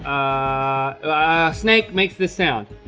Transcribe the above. a snake makes this sound.